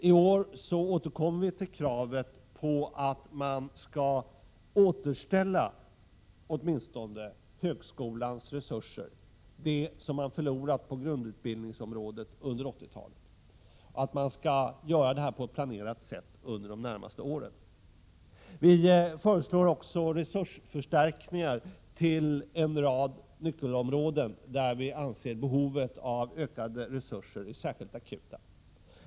I år återkommer vi med kravet på att högskolan åtminstone skall återfå de resurser som den under 80-talet har förlorat på grundutbildningsområdet. Vi anser att detta skall ske på ett planerat sätt under de närmaste åren. Vi föreslår också resursförstärkningar på en rad nyckelområden där vi anser att behoven av ökade resurser är särskilt akuta.